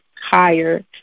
higher